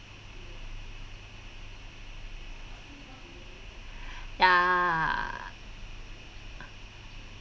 ya